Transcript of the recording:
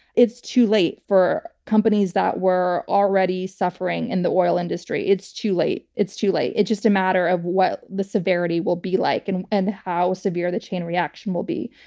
it's too late for companies that were already suffering in the oil industry. it's too late. it's too late. it's just a matter of what the severity will be like and and how severe the chain reaction will be.